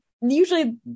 usually